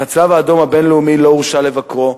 אך הצלב האדום הבין-לאומי לא הורשה לבקרו,